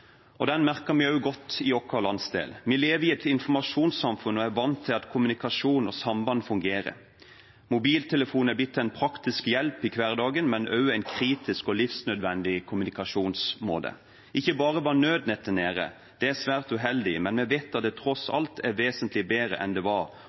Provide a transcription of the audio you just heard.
og den merket vi godt også i vår landsdel. Vi lever i et informasjonssamfunn og er vant til at kommunikasjon og samband fungerer. Mobiltelefon er blitt en praktisk hjelp i hverdagen, men også en kritisk og livsnødvendig kommunikasjonsmåte. Ikke bare var nødnettet nede. Det er svært uheldig, men vi vet at det tross